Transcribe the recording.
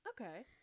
Okay